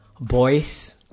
boys